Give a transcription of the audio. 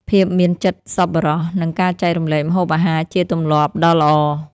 ភាពមានចិត្តសប្បុរស និងការចែករំលែកម្ហូបអាហារជាទម្លាប់ដ៏ល្អ។